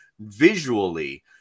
visually